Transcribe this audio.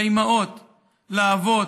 לאימהות, לאבות,